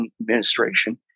administration